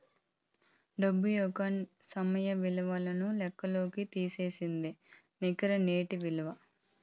దుడ్డు యొక్క సమయ విలువను లెక్కల్లోకి తీసేదే నికర నేటి ఇలువ